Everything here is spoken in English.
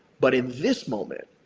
but in this moment,